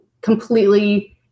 completely